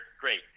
great